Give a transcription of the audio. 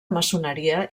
maçoneria